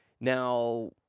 Now